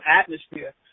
atmosphere